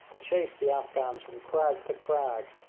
chased the afghans from crag to crag,